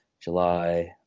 July